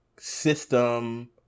system